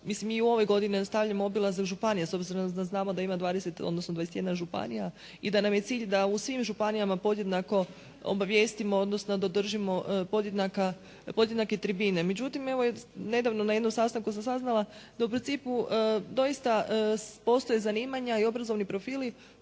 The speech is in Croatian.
mislim i u ovoj godini nastavljamo obilazak županija, s obzirom da znamo da ima 20, odnosno 21 županija i da nam je cilj da u svim županijama podjednako obavijestimo, odnosno da održimo podjednake tribine. Međutim, evo nedavno na jednom sastanku sam saznala da u principu doista postoje zanimanja i obrazovni profili